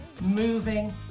moving